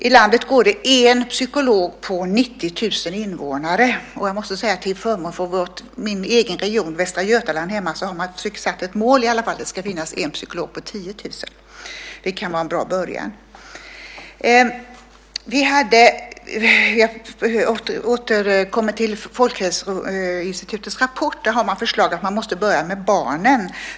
I landet går det en psykolog på 90 000 invånare. Till min egen regions förtjänst, Västra Götaland, kan jag säga att man där i alla fall har satt som mål att det ska finnas en psykolog på 10 000 invånare. Det kan vara en bra början. Jag återkommer till Folkhälsoinstitutets rapport, där det föreslås att man måste börja med barnen.